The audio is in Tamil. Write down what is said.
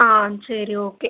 ஆ சரி ஓகே